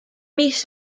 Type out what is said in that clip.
mis